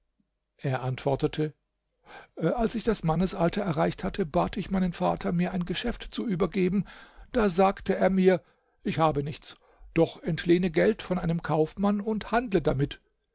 er antwortete als ich das mannesalter erreicht hatte bat ich meinen vater mir ein geschäft zu übergeben da sagte er mir ich habe nichts doch entlehne geld von einem kaufmann und handle damit